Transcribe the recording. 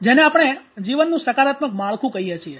જેને આપણે જીવનનું સકારાત્મક માળખું કહીએ છીએ